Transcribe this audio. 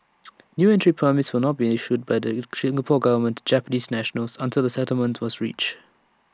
new entry permits would not be issued by the Singapore Government to Japanese nationals until A settlement was reached